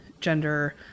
gender